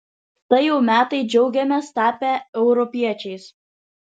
štai jau metai džiaugiamės tapę europiečiais